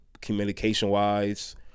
communication-wise –